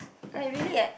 like really